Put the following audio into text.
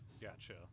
Gotcha